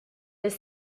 les